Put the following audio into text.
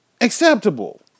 acceptable